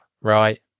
Right